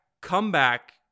comeback